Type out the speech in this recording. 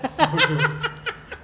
bodoh